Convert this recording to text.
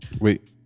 Wait